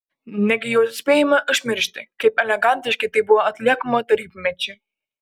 negi jau spėjome užmiršti kaip elegantiškai tai buvo atliekama tarybmečiu